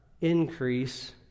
increase